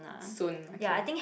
soon okay